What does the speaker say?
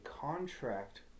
contract